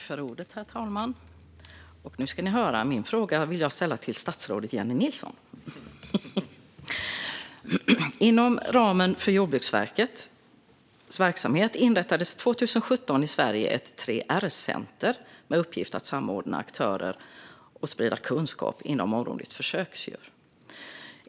Herr talman! Jag vill ställa min fråga till statsrådet Jennie Nilsson. Inom ramen för Jordbruksverkets verksamhet inrättades 2017 i Sverige ett 3R-center med uppgift att samordna aktörer och sprida kunskap inom området försöksdjur.